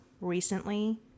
recently